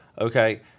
Okay